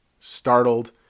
startled